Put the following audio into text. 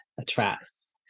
attracts